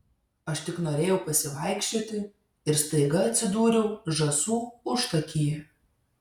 aš tik norėjau pasivaikščioti ir staiga atsidūriau žąsų užtakyje